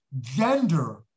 gender